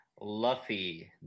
Luffy